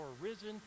risen